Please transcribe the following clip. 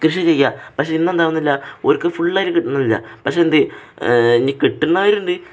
കൃഷി ചെയ്യാം പക്ഷെ ഇന്ന് എന്താകുന്നില്ല അവര്ക്ക് ഫുള്ളായിട്ട് കിട്ടുന്നില്ല പക്ഷെ എന്താണ് ഇനി കിട്ടുന്നവരുണ്ട്